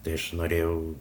tai aš norėjau